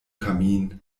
kamin